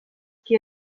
qui